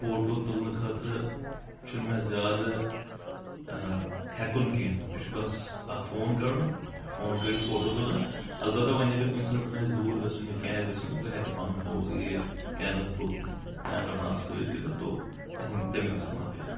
photo تُلنہٕ خٲطرٕ چھُنہٕ مےٚ زیادٕ ہٮ۪کُن کینٛہہ مےٚ چھُ بس اکھ فون کڈُن فون کٔڑِتھ فوٹو تُلُن البتہ وۄنۍ اگر کُنہِ ساتن آسہِ دوٗر گژھُن یا کیٛاہ آسہِ گژھُن بہٕ ہٮ۪کہٕ پنُن فو یہِ کیمرا تھوٚد کیمرا پانس سۭتۍ تُلِتھ تو تِہُنٛد تمیُک استعمال کٔرتھ